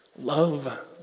Love